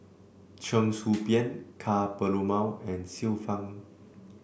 Cheong Soo Pieng Ka Perumal and Xiu Fang